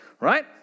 right